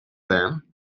then